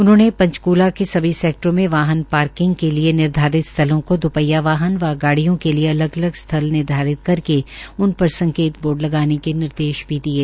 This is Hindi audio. उन्होंने कहा कि पंचकूला के सभी सैक्टरों में वाहन पार्किंग के लिए निर्धारित स्थलों को दोपहिया वाहन व गाडियों के लिए अलग अलग स्थल निर्धारित करके उन पर संकेत बोर्ड लगाने के निर्देश भी दिये